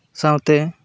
ᱥᱟᱶᱛᱮ